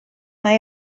mae